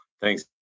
Thanks